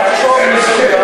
אולי תחשוב לרגע?